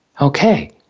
Okay